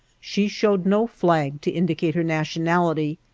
she showed no flag to indicate her nationality,